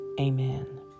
Amen